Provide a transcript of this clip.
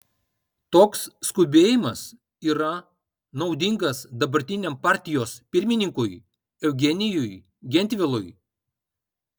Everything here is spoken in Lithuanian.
toks skubėjimas yra naudingas dabartiniam partijos pirmininkui eugenijui gentvilui